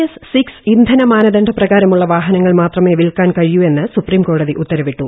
S six ഇന്ധന്റ് മൂർഗ്ഗദണ്ഡ പ്രകാരമുളള വാഹനങ്ങൾ മാത്രമേ വിൽക്കാൻ കുഴിയൂവെന്ന് സുപ്രീം കോടതി ഉത്തരവിട്ടു